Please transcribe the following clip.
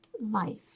life